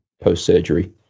post-surgery